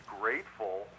grateful